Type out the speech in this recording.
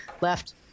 left